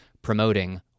promoting